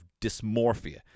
dysmorphia